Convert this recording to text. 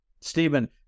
Stephen